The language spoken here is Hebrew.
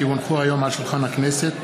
כי הונחו היום על שולחן הכנסת,